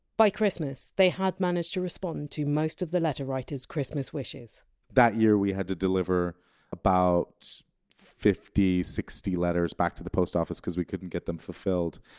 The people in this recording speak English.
by christmas, they had managed to respond to most of the letter-writers! christmas wishes that year we had to deliver about fifty, sixty letters back to the post office, because we couldn't get them fulfilled.